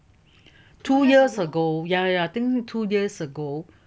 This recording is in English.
two years ago yeah yeah I think two years ago